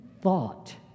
thought